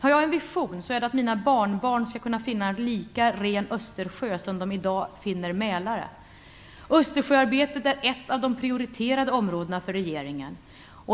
Har jag någon vision så är det att mina barnbarn skall kunna finna Östersjön lika ren som de i dag finner Mälaren. Östersjöarbetet är ett av de prioriterade områdena för regeringen.